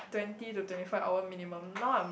twenty to twenty five hour minimum now I'm like